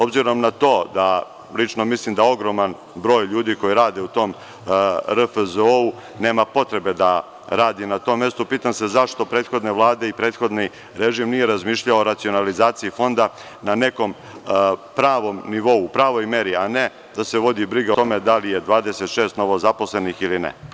Obzirom na to, lično mislim da ogroman broj ljudi koji radi u tom RFZO, nema potrebe da radi na tom mestu, pitam se zašto prethodne vlade i prethodni režim nije razmišljao o racionalizaciji Fonda, i to na nekom pravom nivou u pravoj meri, a ne da se vodi briga da li je 26 novozaposlenih ili ne.